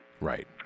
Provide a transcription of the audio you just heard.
Right